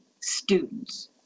students